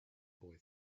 boy